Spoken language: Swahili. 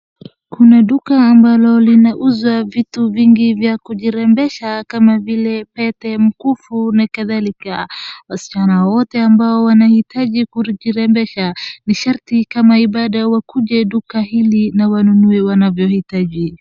Mwenye duka ambalo linauza vitu vingi vya kujirembesha kama vile pete, mkufu na kadhalika . Wasichana wote ambao wanahitaji kurijirembesha ni sharti kama ibada wakuje duka hili na wanunue wanavyohitaji.